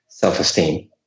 Self-esteem